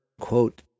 quote